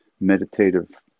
meditative